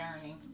journey